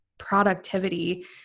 productivity